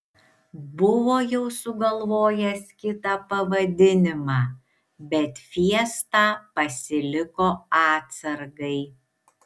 buvo jau sugalvojęs kitą pavadinimą bet fiestą pasiliko atsargai